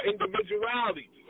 individuality